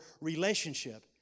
relationship